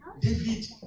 David